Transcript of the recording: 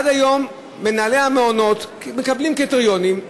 עד היום מנהלי המעונות מקבלים קריטריונים,